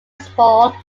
small